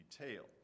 Detail